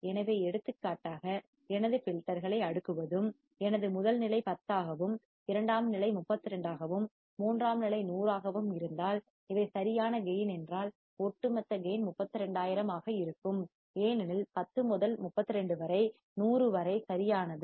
எனவே எடுத்துக்காட்டாக எனது ஃபில்டர்களை அடுக்குவதும் எனது முதல் நிலை 10 ஆகவும் இரண்டாம் நிலை 32 ஆகவும் மூன்றாம் நிலை 100 ஆகவும் இருந்தால் இவை சரியான கேயின் என்றால் ஒட்டுமொத்த கேயின் 32000 ஆக இருக்கும் ஏனெனில் 10 முதல் 32 முதல் 100 வரை சரியானது